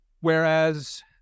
Whereas